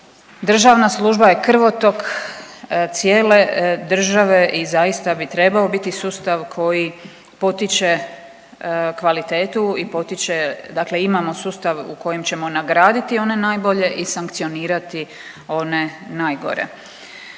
državna služba je krvotok cijele države i zaista bi trebao biti sustav koji potiče kvalitetu i potiče, dakle imamo sustav u kojem ćemo nagraditi one najbolje i sankcionirati one najgore.